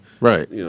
Right